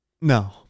no